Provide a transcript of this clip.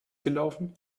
gelaufen